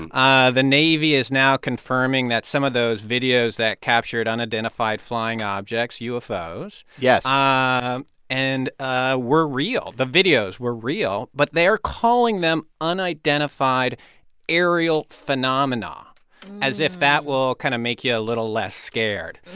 and ah the navy is now confirming that some of those videos that captured unidentified flying objects, ufos. yes um and ah were real. the videos were real, but they are calling them unidentified aerial phenomena as if that will kind of make you a little less scared.